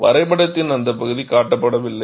வரைபடத்தின் அந்த பகுதி காட்டப்படவில்லை